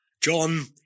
John